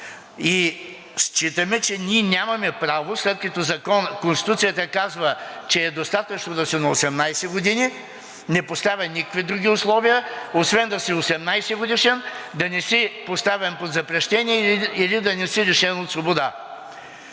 Считаме, че нямаме право, след като Конституцията казва, че е достатъчно да си на 18 години, не поставя никакви други условия, освен да си 18 годишен, да не си поставен под запрещение или да не си лишен от свобода,